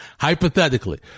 Hypothetically